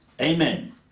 Amen